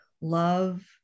Love